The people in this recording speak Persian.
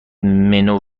منو